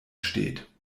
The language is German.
steht